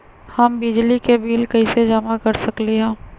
हम बिजली के बिल कईसे जमा कर सकली ह?